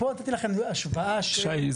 פה נתתי לכם השוואה --- שי,